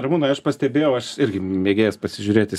ramūnai aš pastebėjau aš irgi mėgėjas pasižiūrėti